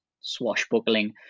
swashbuckling